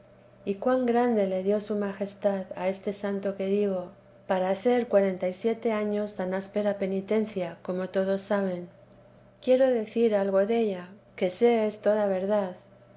y cuan grande le dio su majesjad a este santo que digo para hacer cuarenta y siete años tan áspera penitencia como todos saben quiero decir algo della que sé es toda verdad